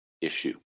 issue